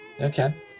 Okay